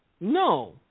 No